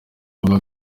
bavuga